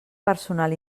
personal